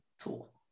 tool